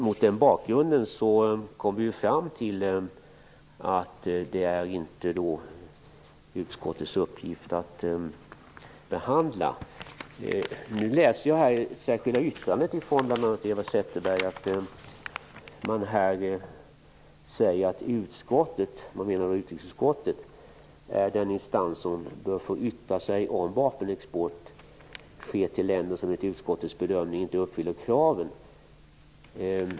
Mot den bakgrunden kom vi fram till att det inte är utskottets uppgift att behandla dessa frågor. I det särskilda yttrandet från bl.a. Eva Zetterberg säger man att utrikesutskottet är den instans som bör få yttra sig om vapenexport sker till länder som enligt utskottets bedömning inte uppfyller kraven.